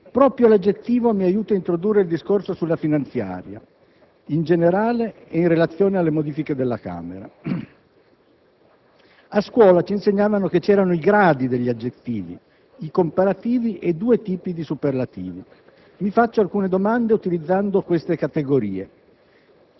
Proprio l'aggettivo mi aiuta ad introdurre il discorso sulla finanziaria in generale ed in relazione alle modifiche della Camera. A scuola ci insegnavano che vi erano i gradi degli aggettivi: i comparativi e due tipi di superlativi. Vi faccio alcune domande utilizzando queste categorie: